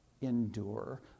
endure